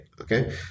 Okay